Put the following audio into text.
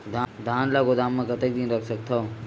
धान ल गोदाम म कतेक दिन रख सकथव?